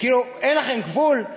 אין לכם גבול?